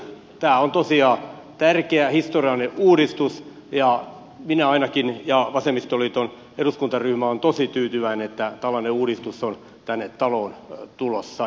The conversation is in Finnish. tämä on tosiaan tärkeä historiallinen uudistus ja minä ainakin ja vasemmistoliiton eduskuntaryhmä olemme tosi tyytyväisiä että tällainen uudistus on tänne taloon tulossa